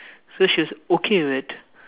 so she was okay with it